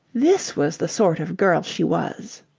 this was the sort of girl she was!